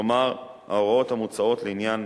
כלומר, ההוראות המוצעות לעניין